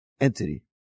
entity